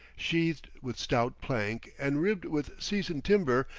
sheathed with stout plank and ribbed with seasoned timber,